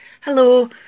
Hello